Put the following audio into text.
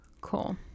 Cool